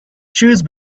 choose